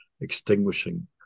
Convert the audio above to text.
extinguishing